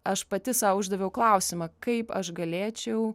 aš pati sau uždaviau klausimą kaip aš galėčiau